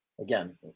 Again